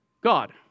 God